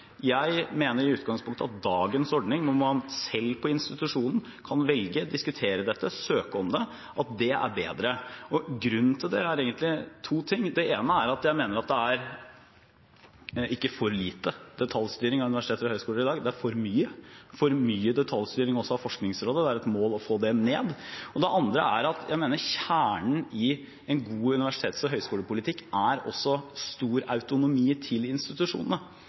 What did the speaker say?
Jeg mener i utgangspunktet at dagens ordning, hvor institusjonen selv kan velge – diskutere dette, søke om det – er bedre. Grunnen til det er egentlig to ting. Det ene er, mener jeg, at det ikke er for lite detaljstyring av universiteter og høyskoler i dag, det er for mye. Det er også for mye detaljstyring av Forskningsrådet. Det er et mål å få det ned. Det andre er, mener jeg, at kjernen i en god universitets- og høyskolepolitikk er stor autonomi for institusjonene.